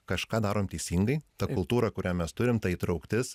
kažką darom teisingai ta kultūra kurią mes turim ta įtrauktis